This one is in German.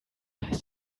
heißt